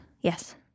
yes